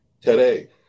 today